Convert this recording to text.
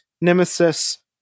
nemesis